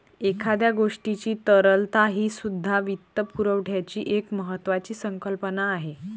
एखाद्या गोष्टीची तरलता हीसुद्धा वित्तपुरवठ्याची एक महत्त्वाची संकल्पना आहे